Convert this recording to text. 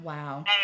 Wow